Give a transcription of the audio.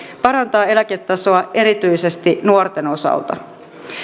parantaa eläketasoa erityisesti nuorten osalta